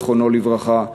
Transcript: זיכרונו לברכה,